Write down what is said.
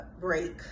break